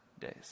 days